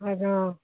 ਅੱਛਾ